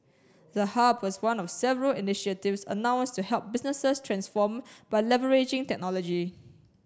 the hub was one of several initiatives announced to help businesses transform by leveraging technology